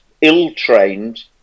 ill-trained